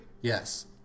yes